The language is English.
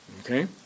Okay